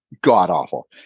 God-awful